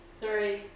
Three